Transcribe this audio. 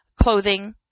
clothing